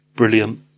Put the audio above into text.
Brilliant